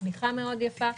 בצמיחה יפה מאוד.